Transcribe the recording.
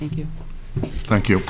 thank you thank you